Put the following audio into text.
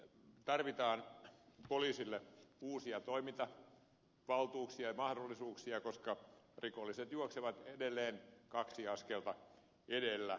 poliisille tarvitaan uusia toimintavaltuuksia ja mahdollisuuksia koska rikolliset juoksevat edelleen kaksi askelta edellä